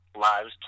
Live's